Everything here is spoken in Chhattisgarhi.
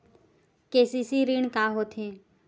के.सी.सी ऋण का होथे?